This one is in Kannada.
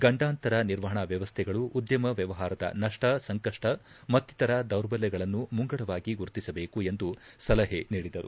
ಗಂಡಾಂತರ ನಿರ್ವಹಣಾ ವ್ಯವಸ್ಥೆಗಳು ಉದ್ದಮ ವ್ಯವಹಾರದ ನಷ್ಟ ಸಂಕಷ್ಟ ಮತ್ತಿತರ ದೌರ್ಬಲ್ಯಗಳನ್ನು ಮುಂಗಡವಾಗಿ ಗುರುತಿಸಬೇಕು ಎಂದು ಸಲಹೆ ನೀಡಿದರು